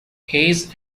hayes